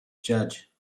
judge